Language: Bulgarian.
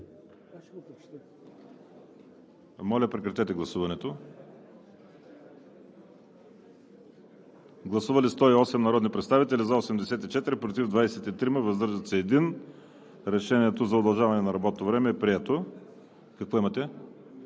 до приемането на точка трета. Гласували 108 народни представители: за 84, против 23, въздържал се 1. Решението за удължаване на работното време е прието. Какво имате?